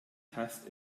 hasst